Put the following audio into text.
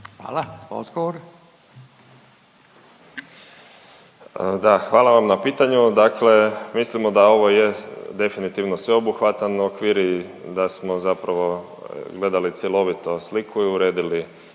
Davor** Da, hvala vam na pitanju, dakle mislimo da ovo je definitivno sveobuhvatan okvir i da smo zapravo gledali cjelovito sliku i uredili